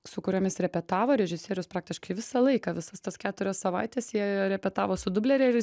su kuriomis repetavo režisierius praktiškai visą laiką visas tas keturias savaites jie repetavo su dublerėris